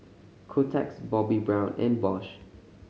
Kotex Bobbi Brown and Bosch